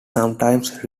sometimes